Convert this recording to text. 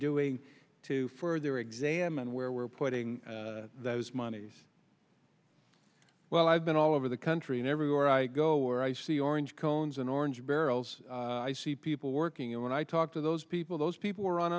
doing to further examine where we're putting those monies well i've been all over the country and everywhere i go where i see orange cones and orange barrels i see people working and when i talk to those people those people are on